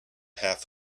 half